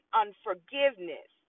unforgiveness